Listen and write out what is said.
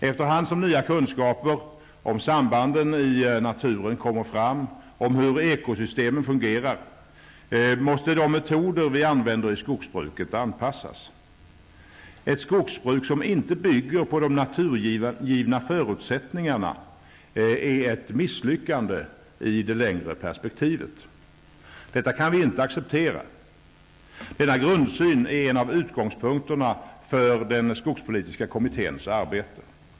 Efter hand som nya kunskaper om sambanden i naturen kommer fram, om hur ekosystemen fungerar, måste de metoder vi använder i skogsbruket anpassas. Ett skogsbruk som inte bygger på de naturgivna förutsättningarna är ett misslyckande i det längre perspektivet. Detta kan vi inte acceptera. Denna grundsyn är en av utgångspunkterna för den skogspolitiska kommitténs arbete.